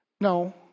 No